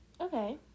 Okay